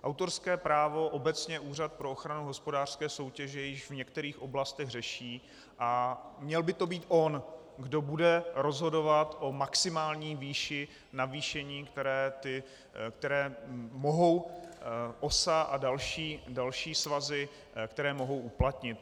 Autorské právo obecně Úřad pro ochranu hospodářské soutěže již v některých oblastech řeší a měl by to být on, kdo bude rozhodovat o maximální výši navýšení, které mohou OSA a další svazy uplatnit.